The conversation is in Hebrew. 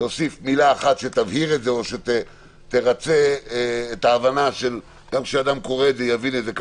להוסיף מילה אחת שתבהיר את זה או שתרצה את ההבנה של אדם שקורא את זה,